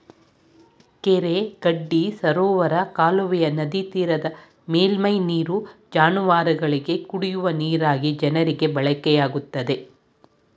ಕೆರೆ ಗಡ್ಡಿ ಸರೋವರ ಕಾಲುವೆಯ ನದಿತೀರದ ಮೇಲ್ಮೈ ನೀರು ಜಾನುವಾರುಗಳಿಗೆ, ಕುಡಿಯ ನೀರಾಗಿ ಜನರಿಗೆ ಬಳಕೆಯಾಗುತ್ತದೆ